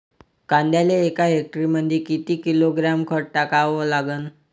कांद्याले एका हेक्टरमंदी किती किलोग्रॅम खत टाकावं लागन?